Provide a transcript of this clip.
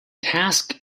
task